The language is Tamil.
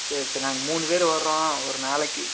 சரி சரி நாங்கள் மூணு பேரு வரோம் ஒரு நாளைக்கு